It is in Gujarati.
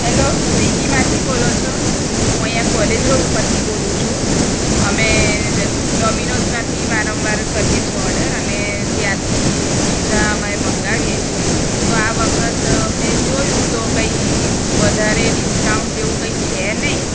હેલો સ્વિગીમાંથી બોલો છો હું અહીંયા કોલેજ રોડ ઉપરથી બોલું છું અમે ડોમિનોઝમાંથી વારંવાર કરીએ છે ઓડર અને ત્યાંથી પીઝા અમે મંગાવીએ છીએ તો આ વખત મેં જોયું તો કંઈ વધારે ડિસ્કાઉન્ટ જેવું કંઈ છે નહીં